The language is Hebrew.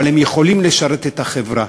אבל הם יכולים לשרת את החברה.